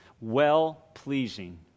well-pleasing